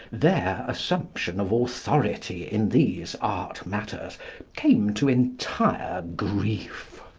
their assumption of authority in these art-matters came to entire grief.